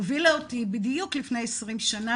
הובילה אותי בדיוק לפני 20 שנה,